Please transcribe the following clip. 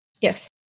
yes